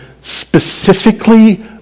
specifically